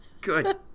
Good